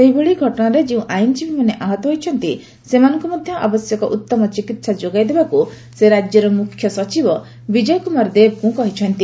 ସେହିଭଳି ଘଟଣାରେ ଯେଉଁ ଆଇଜୀବୀମାନେ ଆହତ ହୋଇଛନ୍ତି ସେମାନଙ୍କୁ ମଧ୍ୟ ଆବଶ୍ୟକ ଉତ୍ତମ ଚିକିତ୍ସା ଯୋଗାଇଦେବାକୁ ସେ ରାଜ୍ୟର ମୁଖ୍ୟ ସଚିବ ବିଜୟ କୁମାର ଦେବଙ୍କୁ କହିଛନ୍ତି